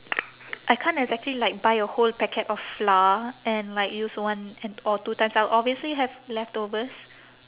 I can't exactly like buy a whole packet of flour and like use one or two times I'll obviously have leftovers